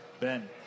Ben